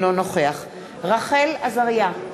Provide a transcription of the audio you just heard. אינו נוכח רחל עזריה,